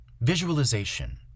Visualization